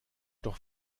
doch